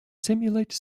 simulate